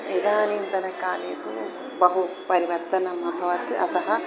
इदानीन्तनकाले तु बहु परिवर्तनम् अभवत् अतः